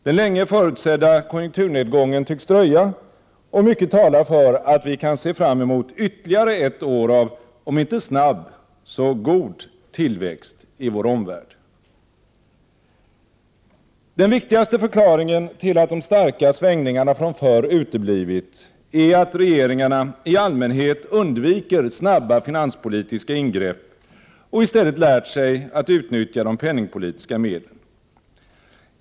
Den länge förutsedda konjunkturnedgången tycks dröja, och mycket talar för att vi kan se fram emot ytterligare ett år av, om inte snabb, så dock god tillväxt i vår omvärld. Den viktigaste förklaringen till att de starka svängningarna från förr uteblivit är att regeringarna i allmänhet undviker snabba finanspolitiska ingrepp och i stället lärt sig att utnyttja de penningpolitiska medlen.